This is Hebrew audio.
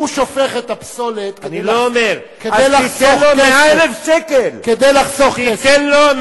הוא שופך את הפסולת כדי לחסוך, זה לא אומר.